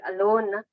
alone